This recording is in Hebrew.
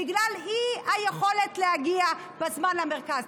בגלל אי-יכולת להגיע בזמן למרכז.